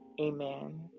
amen